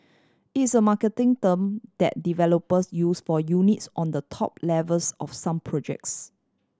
it's a marketing term that developers use for units on the top levels of some projects